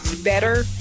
better